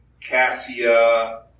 cassia